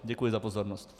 Děkuji za pozornost.